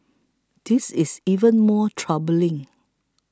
this is even more troubling